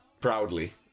proudly